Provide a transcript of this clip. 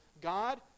God